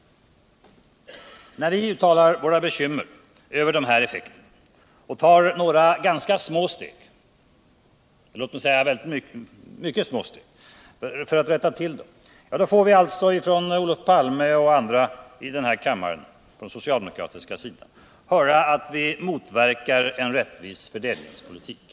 När vi uttalar våra bekymmer över de här effekterna och tar några mycket små steg för att rätta till dem, får vi av Olof Palme och andra socialdemokrater i denna kammare höra att vi motverkar en rättvis fördelningspolitik.